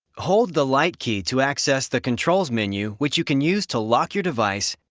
hold the light key to access the controls menu, which you can use to lock your device,